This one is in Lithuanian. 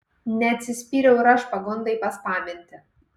neatsispyriau ir aš pagundai paspaminti